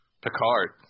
Picard